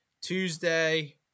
Tuesday